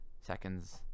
seconds